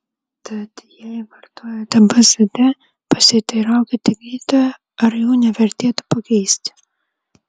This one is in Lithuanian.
tad jei vartojate bzd pasiteiraukite gydytojo ar jų nevertėtų pakeisti